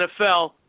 NFL